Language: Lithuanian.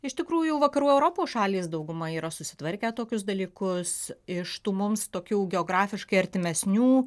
iš tikrųjų vakarų europos šalys dauguma yra susitvarkę tokius dalykus iš tų mums tokių geografiškai artimesnių